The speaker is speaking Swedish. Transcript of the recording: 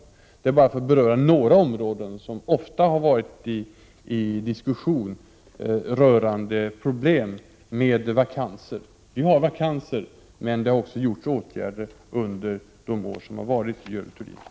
Jag har velat säga detta bara för att beröra några områden som ofta har varit uppe i diskussionerna om problem med vakanser. Vi har vakanser, men det har också vidtagits åtgärder under de år som har varit, Görel Thurdin.